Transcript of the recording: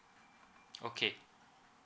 okay